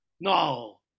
no